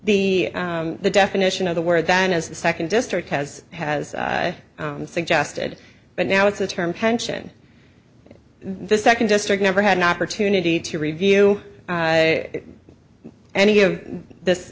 the the definition of the word then is the second district has has suggested but now it's the term pension this second district never had an opportunity to review any of this